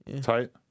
tight